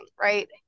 right